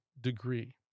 degree